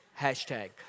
Hashtag